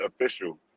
official